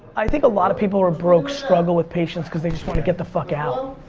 i think a lot of people who are broke struggle with patience cause they just want to get the fuck out.